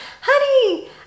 Honey